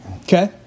Okay